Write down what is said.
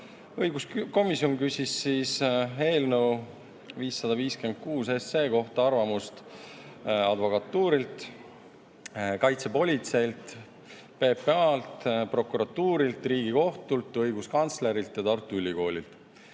Õiguskomisjon küsis eelnõu 556 kohta arvamust advokatuurilt, kaitsepolitseilt, PPA-lt, prokuratuurilt, Riigikohtult, õiguskantslerilt ja Tartu Ülikoolilt. Mõlemad